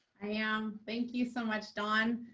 i am. thank you so much, dawn.